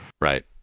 Right